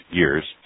years